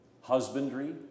husbandry